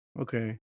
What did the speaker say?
Okay